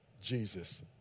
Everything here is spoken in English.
Jesus